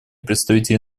представителя